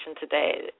today